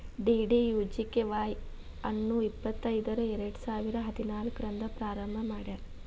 DDUGKY Y ಅನ್ನು ಇಪ್ಪತೈದರ ಎರಡುಸಾವಿರ ಹದಿನಾಲ್ಕು ರಂದ್ ಪ್ರಾರಂಭ ಮಾಡ್ಯಾರ್